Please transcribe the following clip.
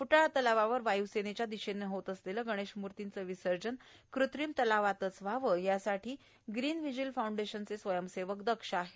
फुटाळा तलावावर वायुसेनेच्या दिशेने होत असलेले गणेश मुर्तीचे विसर्जन कृत्रिम तलावातच व्हावे यासाठी ग्रीन व्हिजील फाऊंडेशनचे स्वयंसेवक दक्ष आहेत